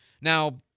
Now